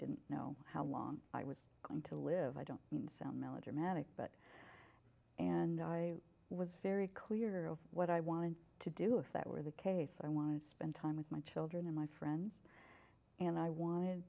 didn't know how long i was going to live i don't mean film melodramatic but and i was very clear of what i wanted to do if that were the case i want to spend time with my children and my friends and i wanted